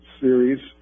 series